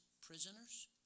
prisoners